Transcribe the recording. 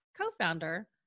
co-founder